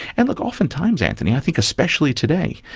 and look, oftentimes, antony, i think especially today,